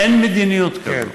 אין מדיניות כזאת.